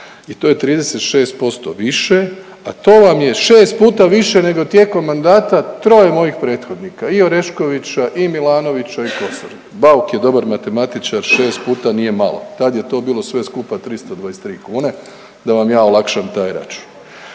i to je 36% više, a to vam je šest puta više nego tijekom mandata troje mojih prethodnika i Oreškovića i Milanovića i Kosor. Bauk je dobar matematičar, šest puta nije malo tad je to sve skupa bilo 323 kune da vam ja olakšam taj račun.